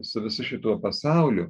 su visu šituo pasauliu